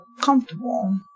comfortable